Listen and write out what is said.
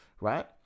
right